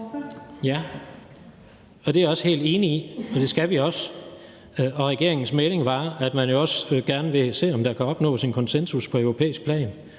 Ja, og det er jeg også helt enig i, og det skal vi også. Regeringens melding var, at man jo også gerne ville se, om der kunne opnås en konsensus på europæisk plan